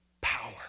power